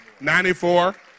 94